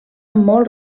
molt